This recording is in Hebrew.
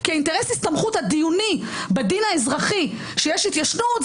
כי אינטרס ההסתמכות הדיוני בדין האזרחי כשיש התיישנות,